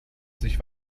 sich